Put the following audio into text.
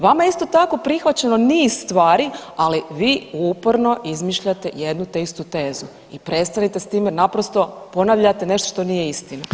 Vama je isto tako prihvaćeno niz stvari, ali vi uporno izmišljate jednu te istu tezu i prestanite s tim jer naprosto ponavljate nešto što nije istina.